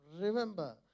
Remember